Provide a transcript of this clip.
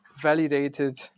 validated